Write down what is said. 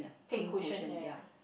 pink cushion ya ya ya